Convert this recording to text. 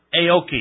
Aoki